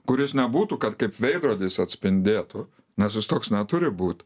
kuris nebūtų kad kaip veidrodis atspindėtų nes jis toks neturi būt